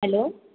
hello